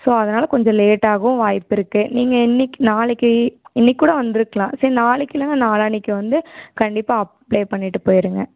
so அதனால் கொஞ்சம் லேட்டாகவும் வாய்ப்பிருக்குது நீங்கள் இன்றைக்கி நாளைக்கு இன்றைக்கு கூட வந்திருக்கலாம் சரி நாளைக்கு இல்லைனா நாளான்னைக்கு வந்து கண்டிப்பாக அப்ளே பண்ணிவிட்டு போயிடுங்க